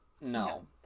No